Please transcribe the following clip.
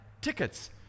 tickets